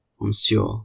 Monsieur